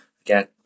again